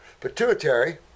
Pituitary